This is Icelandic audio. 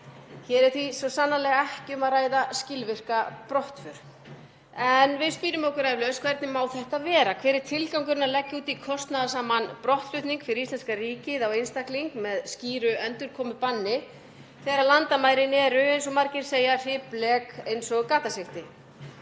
Hér er því svo sannarlega ekki um að ræða skilvirka brottför. En við spyrjum okkur eflaust: Hvernig má þetta vera? Hver er tilgangurinn við að leggja út í kostnaðarsaman brottflutning fyrir íslenska ríkið á einstaklingi með skýru endurkomubanni þegar landamærin eru, eins og margir segja, hriplek eins og gatasigti?